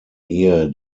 ihr